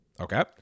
Okay